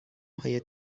های